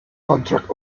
contract